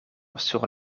sur